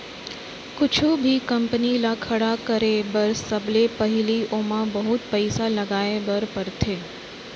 कुछु भी कंपनी ल खड़ा करे बर सबले पहिली ओमा बहुत पइसा लगाए बर परथे